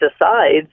decides